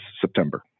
September